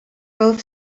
both